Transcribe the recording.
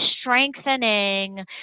strengthening